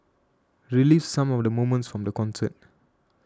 relives some of the moments from the concert